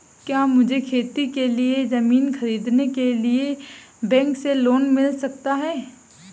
क्या मुझे खेती के लिए ज़मीन खरीदने के लिए बैंक से लोन मिल सकता है?